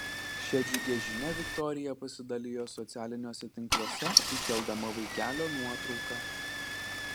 šia džiugia žinia viktorija pasidalijo socialiniuose tinkluose įkeldama vaikelio nuotrauką